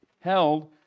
held